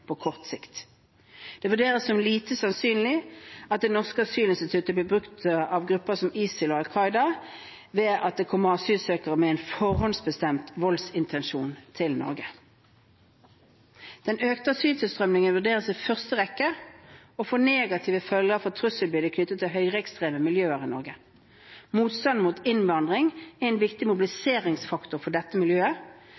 på kort sikt. Det vurderes som lite sannsynlig at det norske asylinstituttet blir brukt av grupper som ISIL og Al Qaida ved at det kommer asylsøkere med en forhåndsbestemt voldsintensjon til Norge. Den økte asyltilstrømningen vurderes i første rekke å få negative følger for trusselbildet knyttet til det høyreekstreme miljøet i Norge. Motstand mot innvandring er en viktig mobiliseringsfaktor for dette miljøet.